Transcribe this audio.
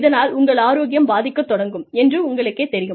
இதனால் உங்கள் ஆரோக்கியம் பாதிக்கத் தொடங்கும் என்று உங்களுக்கே தெரியும்